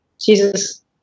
jesus